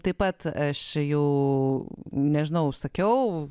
taip pat aš jau nežinau užsakiau